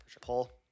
Pull